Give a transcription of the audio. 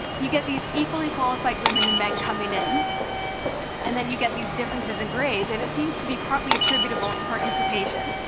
you get these equally qualified women and men coming in and then you get these differences in grades, and it seems to be partly attributable to participation.